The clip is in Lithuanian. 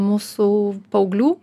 mūsų paauglių